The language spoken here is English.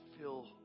fill